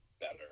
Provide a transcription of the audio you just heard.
better